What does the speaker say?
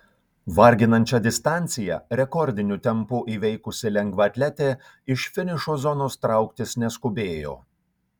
varginančią distanciją rekordiniu tempu įveikusi lengvaatletė iš finišo zonos trauktis neskubėjo